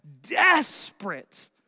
desperate